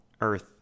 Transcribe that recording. earth